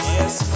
Yes